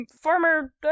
former